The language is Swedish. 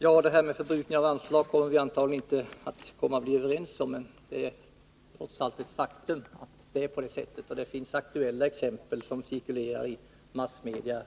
Herr talman! I frågan om förbrukning av anslag kommer vi antagligen inte att bli överens. Det är ett faktum att det förhåller sig så som jag sagt. Det finns aktuella exempel härpå, som cirkulerat i massmedia